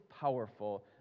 powerful